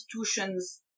institutions